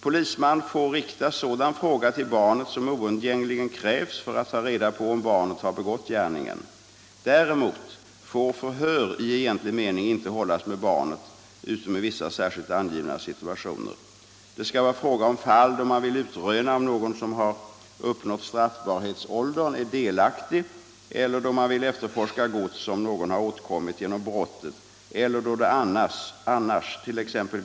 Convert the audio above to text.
Polisman får rikta sådan fråga till barnet som oundgängligen krävs för att ta reda på om barnet har begått gärningen. Däremot får förhör i egentlig mening inte hållas med barnet utom i vissa särskilt angivna situationer. Det skall vara fråga om fall då man vill utröna om någon som har uppnått straffbarhetsåldern är delaktig eller då man vill efterforska gods som någon har åtkommit genom brottet eller då det annars —t.ex.